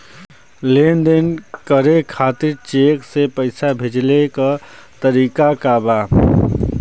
लेन देन करे खातिर चेंक से पैसा भेजेले क तरीकाका बा?